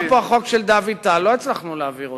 היה פה החוק של דוד טל, לא הצלחנו להעביר אותו.